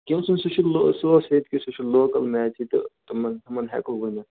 کیٚنٛہہ سۄ سُہ چھُ لوٚو سُہ حظ ہیٚکہِ گژھِ سُہ چھُ لوکَل میٚچ تہٕ تِمَن تِمَن ہیٚکو ؤنِتھ